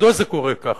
מדוע זה קורה כך?